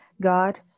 God